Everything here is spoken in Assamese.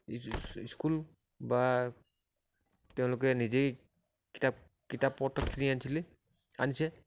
স্কুল বা তেওঁলোকে নিজেই কিতাপ কিতাপপত্ৰ কিনি আনিছিলে আনিছে